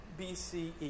BCE